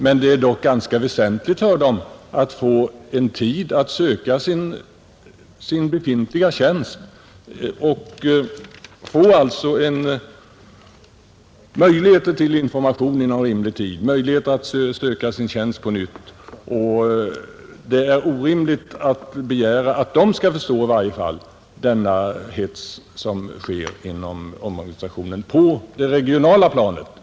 Men det är dock ganska väsentligt för dem att ha tid på sig att söka sin befintliga tjänst och få möjligheter till information inom rimlig tid, möjligheter att söka sin tjänst på nytt. Det är i varje fall orimligt att begära att de skall förstå den hets som nu råder inom omorganisationen på det regionala planet.